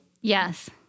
yes